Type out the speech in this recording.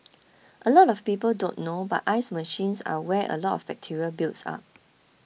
a lot of people don't know but ice machines are where a lot of bacteria builds up